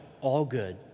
all-good